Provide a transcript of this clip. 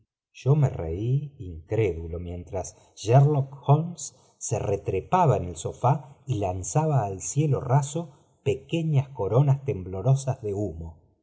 yo me reí incrédulo mientras sherlock holmea se retrepaba en el sofá y lanzaba al cielo raso pequeñas coronas temblorosas de humo